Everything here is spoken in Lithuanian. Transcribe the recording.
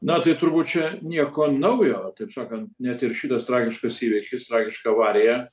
na tai turbūt čia nieko naujo taip sakant net ir šitas tragiškas įvykis tragiška avarija